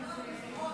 מוותרת.